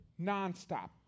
nonstop